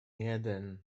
jeden